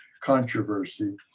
controversy